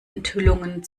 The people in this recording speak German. enthüllungen